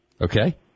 Okay